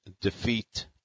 defeat